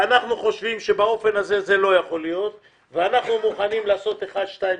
ואנחנו חושבים שבאופן הזה זה לא יכול להיות ואנחנו מוכנים לעשות כך וכך.